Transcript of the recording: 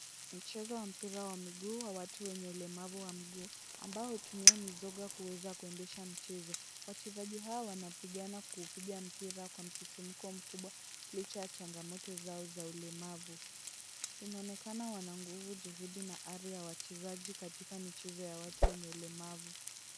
Mchezo wa mpira wa miguu wa watu wenye ulemavu wa miguu, ambao hutumia mizoga kuweza kuendesha mchezo. Wachezaji hao wanapigana kupiga mpira kwa msisimko mkubwa, licha ya changamoto zao za ulemavu. Inaonekana wana nguvu juhudi na ari ya wachezaji katika michezo ya watu wenye ulemavu.